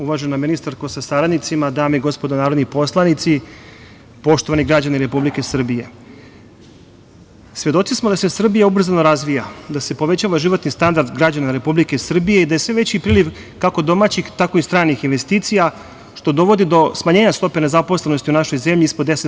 Uvažena ministarko sa saradnicima, dame i gospodo narodni poslanici, poštovani građani Republike Srbije, svedoci smo da se Srbija ubrzano razvija, da se povećava životni standard građana Republike Srbije i da je sve veći priliv kako domaćih, tako i stranih investicija, što dovodi do smanjenja stope nezaposlenosti u našoj zemlji ispod 10%